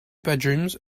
bedrooms